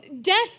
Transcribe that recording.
death